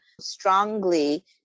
strongly